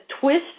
twist